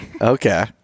Okay